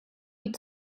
die